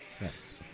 Yes